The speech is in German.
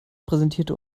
präsentierte